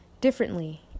differently